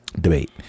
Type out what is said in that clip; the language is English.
debate